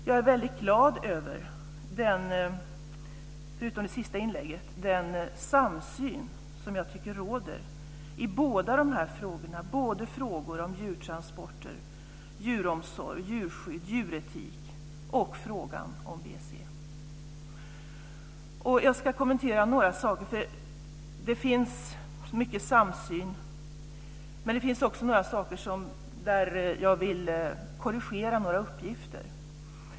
Jag är väldigt glad över den samsyn, förutom i det senaste inlägget, som jag tycker råder i de här frågorna, alltså både frågor om djurtransporter, djuromsorg, djurskydd samt djuretik och frågan om BSE. Jag ska kommentera några saker. Det finns mycket samsyn, men det finns också punkter där jag vill korrigera några uppgifter.